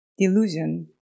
Delusion